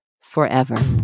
forever